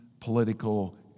Political